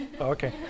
Okay